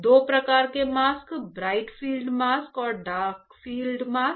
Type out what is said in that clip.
दो प्रकार के मास्क ब्राइट फील्ड मास्क और डार्क फील्ड मास्क